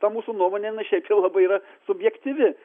ta mūsų nuomonė na šiaip jau labai yra subjektyvi